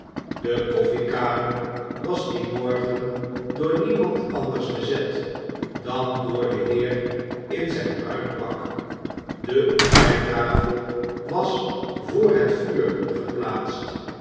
de koffiekamer was dien morgen doorniemand anders bezet dan door den heer in zijn bruin pak de ontbyttafel was voor het vuur geplaatst